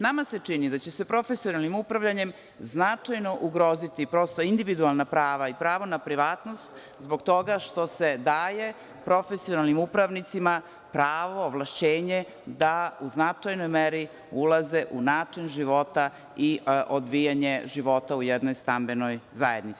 Nama se čini da će se profesionalnim upravljanjem značajno ugroziti individualna prava i pravo na privatnost zbog toga što se daje profesionalnim upravnicima pravo, ovlašćenje da u značajnoj meri ulaze u način života i odvijanje života u jednoj stambenoj zajednici.